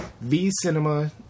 v-cinema